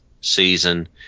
season